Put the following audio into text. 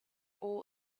all